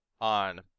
on